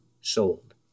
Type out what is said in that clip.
sold